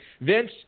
Vince